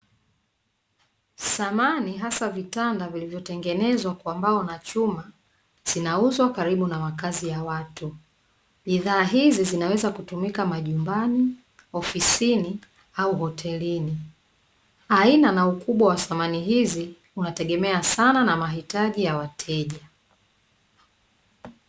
Samani, hasa vitanda vilivyotengenezwa kwa mbao na chuma zinauzwa karibu na makazi ya watu. Bidhaa hizi zinaweza kutumika majumbani, ofisini, au hotelini. Aina na ukubwa wa samani hizi, unategemea sana na mahitaji ya wateja.